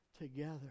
together